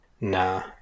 Nah